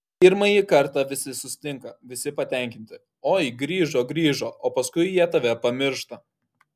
pirmąjį kartą visi susitinka visi patenkinti oi grįžo grįžo o paskui jie tave pamiršta